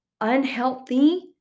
unhealthy